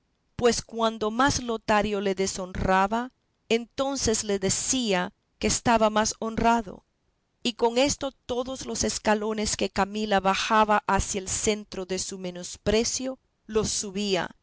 pues cuando más lotario le deshonraba entonces le decía que estaba más honrado y con esto todos los escalones que camila bajaba hacia el centro de su menosprecio los subía